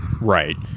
right